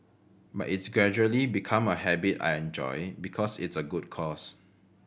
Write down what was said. but it's gradually become a habit I enjoy because it's a good cause